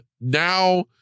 now